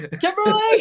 Kimberly